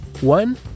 One